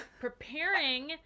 preparing